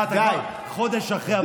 אה, אתה יודע מה, חודש אחרי עברת לסקרים.